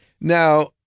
Now